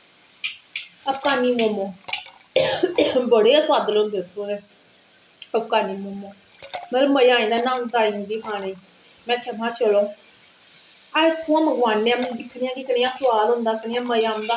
अफगानी मोमोस बड़े सुआदले होंदे उत्थूं दे अफगानी मोमोस मजा आई जंदा नंद आई जंदा उनेंगी खाने गी में आखेआ में चलो अस उत्थुआं मंगवाने आं दिक्खने आं कि कनेहा स्बाद होंदा दिक्खने आं कि मजा औंदा खाने गी नेईं